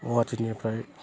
गुवाहाटिनिफ्राय